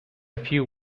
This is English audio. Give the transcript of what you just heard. few